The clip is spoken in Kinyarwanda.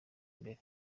mbere